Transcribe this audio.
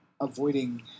avoiding